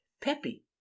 peppy